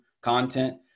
content